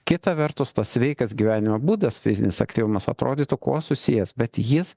kita vertus tas sveikas gyvenimo būdas fizinis aktyvumas atrodytų kuo susijęs bet jis